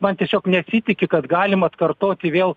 man tiesiog nesitiki kad galima atkartoti vėl